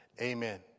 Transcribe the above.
Amen